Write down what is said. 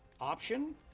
option